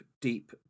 deep